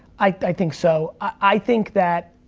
i i think so. i think that